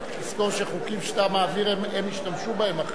תזכור שחוקים שאתה מעביר, הם ישתמשו בהם אחרי זה.